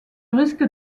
risques